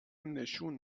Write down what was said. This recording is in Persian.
نشون